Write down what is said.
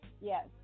Yes